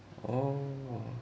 oh